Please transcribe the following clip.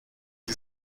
die